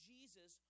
Jesus